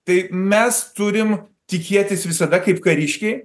tai mes turim tikėtis visada kaip kariškiai